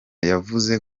yavuze